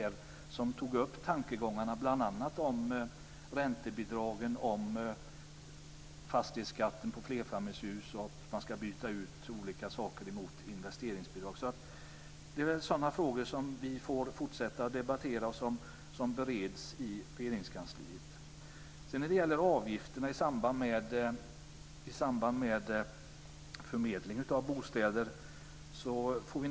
Man har tagit upp tankegångarna bl.a. om räntebidragen, fastighetsskatten på flerfamiljshus och att man ska byta ut olika saker mot investeringsbidrag. Det är väl sådana frågor som vi får fortsätta att debattera och som bereds i Vi får naturligtvis följa det här med avgifterna i samband med förmedling av bostäder.